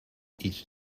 each